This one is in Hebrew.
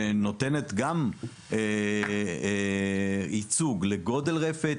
שנותנת גם ייצוג לגודל רפת,